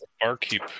barkeep